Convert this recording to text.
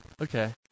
Okay